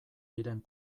diren